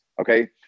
okay